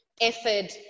effort